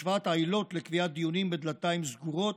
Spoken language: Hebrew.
השוואת העילות לקביעת דיונים בדלתיים סגורות,